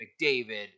mcdavid